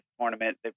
tournament